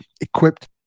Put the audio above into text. equipped